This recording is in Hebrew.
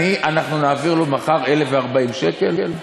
אנחנו נעביר לו מחר 1,040 שקל?